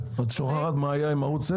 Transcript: את שוכחת מה היה עם ערוץ 10?